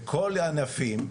בכל הענפים,